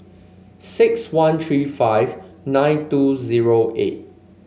six one three five nine two zero eight